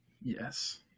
Yes